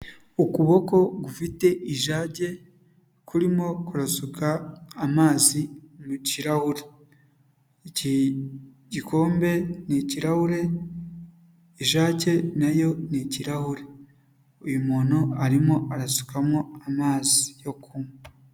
Ukuboko gufite ijage, kurimo kurasuka amazi mu kirahure, iki igikombe ni ikirarahure, ijage na yo ni ikirarahure, uyu muntu arimo arasukamo amazi yo kunywa.